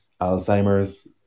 Alzheimer's